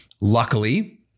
Luckily